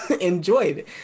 enjoyed